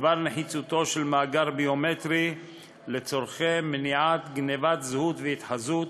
בדבר נחיצותו של מאגר ביומטרי לצורכי מניעת גנבת זהות והתחזות